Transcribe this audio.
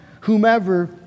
whomever